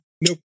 nope